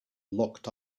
locked